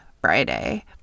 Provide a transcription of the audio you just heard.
Friday